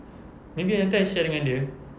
maybe nanti I share dengan dia